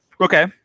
Okay